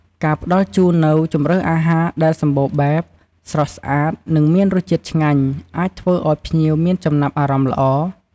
ការផ្តល់ជូននូវ ជម្រើសអាហារដែលសម្បូរបែប ស្រស់ស្អាត និងមានរសជាតិឆ្ងាញ់ អាចធ្វើឲ្យភ្ញៀវមានចំណាប់អារម្មណ៍ល្អ។